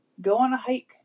go-on-a-hike